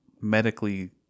medically